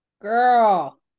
Girl